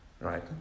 right